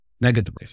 negative